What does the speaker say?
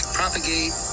propagate